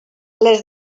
les